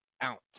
out